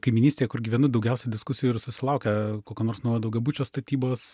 kaimynystėje kur gyvenu daugiausia diskusijų ir susilaukia kokio nors naujo daugiabučio statybos